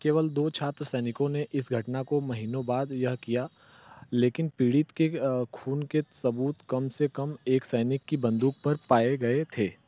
केवल दो छात्र सैनिकों ने इस घटना को महीनों बाद यह किया लेकिन पीड़ित के खून के सबूत कम से कम एक सैनिक कि बंदूक पर पाए गए थे